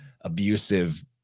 abusive